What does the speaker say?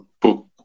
book